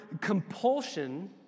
compulsion